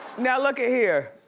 now look it here.